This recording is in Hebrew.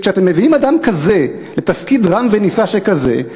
כשאתם מביאים אדם כזה לתפקיד רם ונישא שכזה,